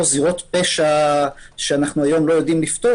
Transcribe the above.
זירות פשע שאנחנו היום לא יודעים לפתור.